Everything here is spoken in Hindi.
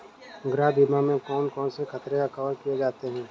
गृह बीमा में कौन कौन से खतरे कवर किए जाते हैं?